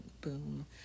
Boom